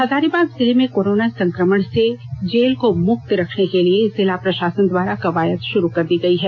हजारीबाग जिले में कोरोना संक्रमण से जेल को मुक्त रखने के लिए जिला प्रशासन द्वारा कवायद शुरू कर दी गई है